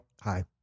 Hi